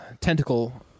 tentacle